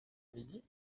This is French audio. midi